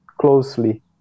closely